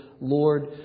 Lord